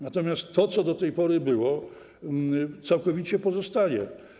Natomiast to, co do tej pory było, całkowicie pozostaje.